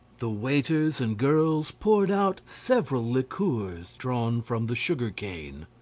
the waiters and girls poured out several liqueurs drawn from the sugar-cane.